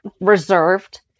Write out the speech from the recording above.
reserved